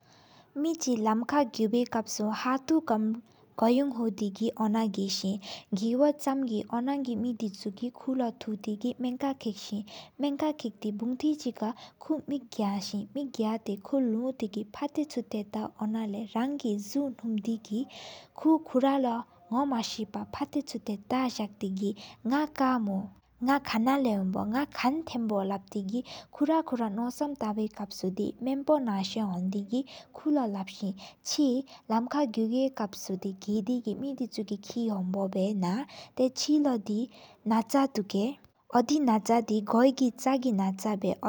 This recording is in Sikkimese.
ཁ་སི་ནག་ནེ་གི་རུག་ཆི་ཉམས་པོ་ཁ་མ་ལ་བ། མུ་ཉམས་པོ་གྱ་ཏེ་དེ་པ་ཆེའི་ན་དི། མུ་གི་ནག་ལོ་ཁ་ལ་བ་སུ་ལ་བི་ཀབ་སུ། ནག་མུ་ལོ་ཁན་ལབ་ས་སུ་བ་ཆེན་ན་དི། ནག་ཉམས་པོ་མ་ཁམ་ཡང་ཁམ་ཡི་སེ་ན། ནག་ལོ་ཡང་ཧ་མན་ཁོ་ནག་གི། ཨོ་དེམ་སྦོ་ལབ་ཏེ་གི་ཨོ་དེ་སྦེ་ཐེན་ཆིག། གི་འདེན་ལོ་ནག་ལོ་ཏ་ནང་ཐྱ་ཐ་ལ་སྦེ་དི། ནག་རང་ལོ་ཨོ་དེམ་ནམ་ལོ་ཡང་མེ་ཡ། ནག་རང་ཉམས་པོ་ཆམ་རུག་རུག་སྦེ་དེ་ཤི། རང་གི་ཁན་ལྷ་བོ་ཨོ་དེ་ར་བ་ས་ད་ནི།